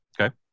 Okay